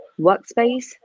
workspace